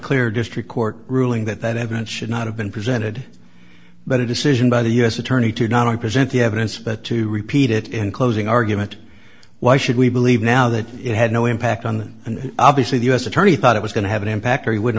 clear district court ruling that that evidence should not have been presented but a decision by the u s attorney to not present the evidence but to repeat it in closing argument why should we believe now that it had no impact on and obviously the u s attorney thought it was going to have an impact or he would